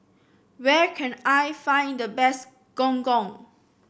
where can I find the best Gong Gong